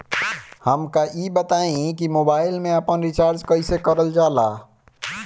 हमका ई बताई कि मोबाईल में आपन रिचार्ज कईसे करल जाला?